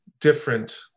different